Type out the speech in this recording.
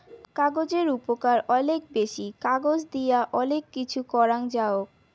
কাগজের উপকার অলেক বেশি, কাগজ দিয়া অলেক কিছু করাং যাওক